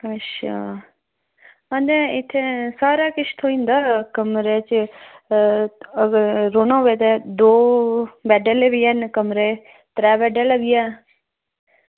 अच्छा कन्नै इत्थें सारा किश थ्होई जंदा कमरा च रौह्ना होऐ ते दौ बैड आह्ले बी हैन कमरे त्रैऽ बैड आह्ले बी हैन